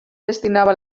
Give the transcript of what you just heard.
destinava